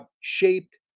shaped